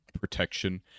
protection